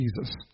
Jesus